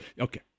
Okay